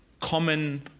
common